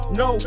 no